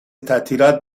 تعطیلات